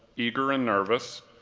eager and nervous,